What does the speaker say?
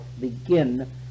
begin